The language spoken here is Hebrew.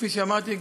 כפי שאמרתי,